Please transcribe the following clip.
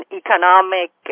economic